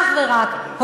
אך ורק,